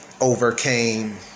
overcame